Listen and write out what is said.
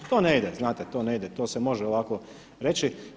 To ne ide, znate, to ne ide, to se može ovako reći.